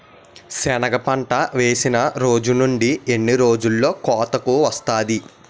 సెనగ పంట వేసిన రోజు నుండి ఎన్ని రోజుల్లో కోతకు వస్తాది?